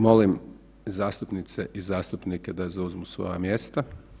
Molim zastupnice i zastupnike da zauzmu svoja mjesta.